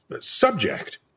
subject